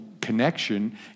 connection